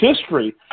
history